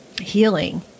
healing